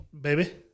baby